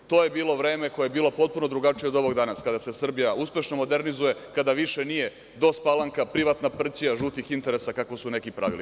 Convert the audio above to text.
To je bilo vreme koje je potpuno drugačije od ovog danas, kada se Srbija uspešno modernizuje, kada više nije DOS-Palanka, privatna prćija žutih interesa, kako su neki pravili.